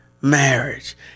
marriage